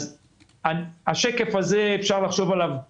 השקף הזה מראה את